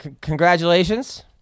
Congratulations